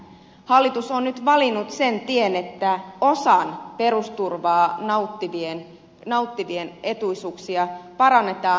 hallitus on nyt valinnut sen tien että osalla perusturvaa nauttivia etuisuuksia parannetaan